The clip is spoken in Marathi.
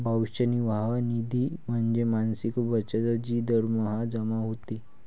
भविष्य निर्वाह निधी म्हणजे मासिक बचत जी दरमहा जमा होते